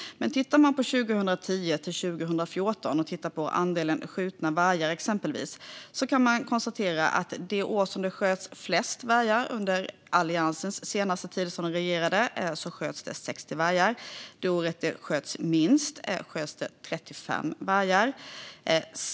Om vi exempelvis tittar på andelen skjutna vargar från 2010 till 2014 kan vi konstatera att det år då det sköts flest vargar under Alliansens senaste tid som regering sköts det 60 vargar. Det år då det sköts minst vargar sköts det 35 vargar.